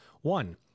One